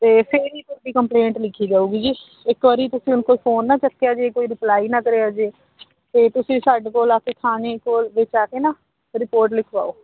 ਅਤੇ ਫੇਰ ਹੀ ਤੁਹਾਡੀ ਕੰਪਲੇਂਟ ਲਿਖੀ ਜਾਊਗੀ ਜੀ ਇੱਕ ਵਾਰੀ ਤੁਸੀਂ ਹੁਣ ਕੋਈ ਫੋਨ ਨਾ ਚੱਕਿਆ ਜੇ ਕੋਈ ਰਿਪਲਾਈ ਨਾ ਕਰਿਆ ਜੇ ਅਤੇ ਤੁਸੀਂ ਸਾਡੇ ਕੋਲ ਆ ਕੇ ਥਾਣੇ ਕੋਲ ਵਿੱਚ ਆ ਕੇ ਨਾ ਰਿਪੋਰਟ ਲਿਖਵਾਓ